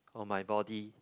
on my body